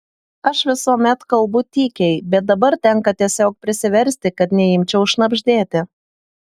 aš visuomet kalbu tykiai bet dabar tenka tiesiog prisiversti kad neimčiau šnabždėti